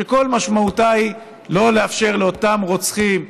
שכל משמעותה היא לא לאפשר לאותם רוצחים,